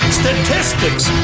statistics